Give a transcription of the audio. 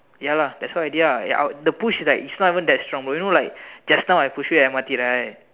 ya lah that's why ah the push right is not even that strong you know like just now I push you in the M_R_T right